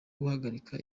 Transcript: guhagarika